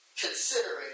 considering